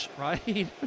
Right